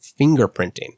fingerprinting